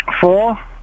Four